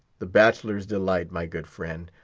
the bachelor's delight, my good friend.